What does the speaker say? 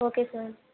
okay sir